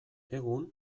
egun